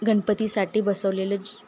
गणपतीसाठी बसवलेलं